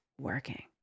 working